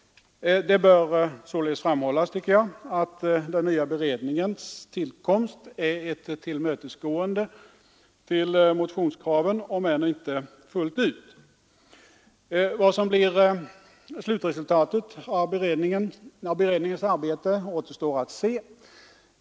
Det bör således framhållas att den nya beredningens tillkomst är ett tillmötesgående av motionskraven, om än inte fullt ut. Vad som blir slutresultatet av beredningens arbete återstår att se.